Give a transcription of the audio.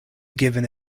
given